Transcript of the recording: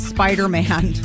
Spider-Man